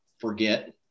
forget